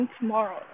tomorrow